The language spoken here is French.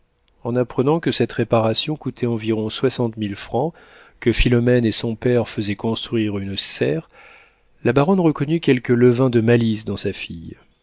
en apprenant que cette réparation coûtait environ soixante mille francs que philomène et son père faisaient construire une serre la baronne reconnut quelque levain de malice dans sa fille